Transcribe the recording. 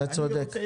אתה צודק.